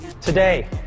Today